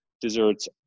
desserts